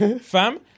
Fam